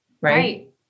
right